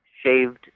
shaved